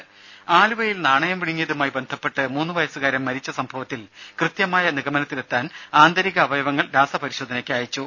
രുമ ആലുവയിൽ നാണയം വിഴുങ്ങിയതുമായി ബന്ധപ്പെട്ട് മൂന്നു വയസുകാരൻ മരിച്ച സംഭവത്തിൽ കൃത്യമായ നിഗമനത്തിലെത്താൻ ആന്തരികാവയവങ്ങൾ രാസ പരിശോധനയ്ക്ക് അയച്ചു